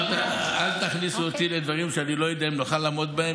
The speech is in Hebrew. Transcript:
אל תכניסו אותי לדברים שאני לא יודע אם נוכל לעמוד בהם.